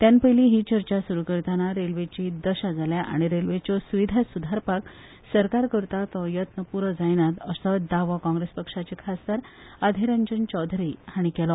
ताचे पयलीं ही चर्चा सुरू करतना रेल्वेचजी दशा जाल्या आनी रेल्वेच्यो सुविधा सुदारपाक सरकार करतात ते येत्न पुरो जायनात असो दावो काँग्रेस पक्षाचे खासदार अधीर रंजन चौधरी हांणी केलो